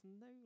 no